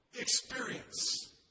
experience